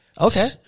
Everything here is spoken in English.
Okay